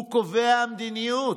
הוא קובע את המדיניות.